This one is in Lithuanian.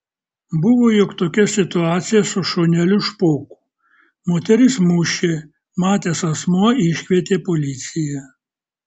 buvo juk tokia situacija su šuneliu špoku moteris mušė matęs asmuo iškvietė policiją